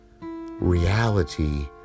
reality